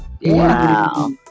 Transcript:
Wow